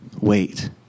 Wait